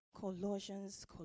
Colossians